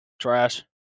trash